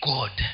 God